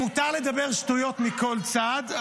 מותר לדבר שטויות מכל צד,